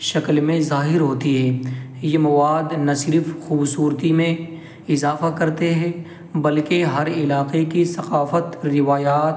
شکل میں ظاہر ہوتی ہے یہ مواد نہ صرف خوبصورتی میں اضافہ کرتے ہیں بلکہ ہر علاقہ کی ثقافت روایات